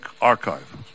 archive